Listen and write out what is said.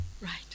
right